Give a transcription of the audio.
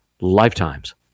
lifetimes